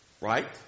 Right